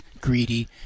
greedy